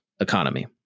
economy